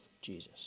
Jesus